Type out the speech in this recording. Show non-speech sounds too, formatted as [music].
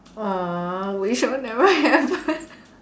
!wah! which will never happen [laughs]